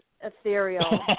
ethereal